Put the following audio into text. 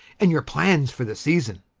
and your plans for the season.